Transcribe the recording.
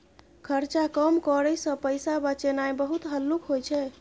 खर्चा कम करइ सँ पैसा बचेनाइ बहुत हल्लुक होइ छै